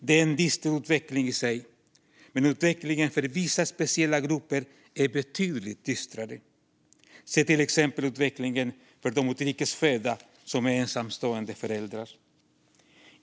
Det är en dyster utveckling i sig, men utvecklingen för vissa grupper är betydligt dystrare, till exempel utvecklingen för de utrikes födda som är ensamstående föräldrar.